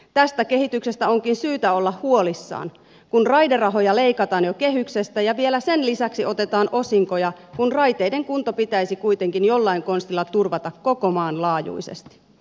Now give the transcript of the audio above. tästä kehityksestä onkin syytä olla huolissaan kun raiderahoja leikataan jo kehyksestä ja vielä sen lisäksi otetaan osinkoja kun raiteiden kunto pitäisi kuitenkin jollain konstilla turvata koko maan laajuisesti